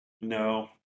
No